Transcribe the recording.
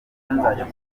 nzajya